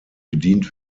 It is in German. bedient